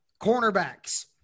Cornerbacks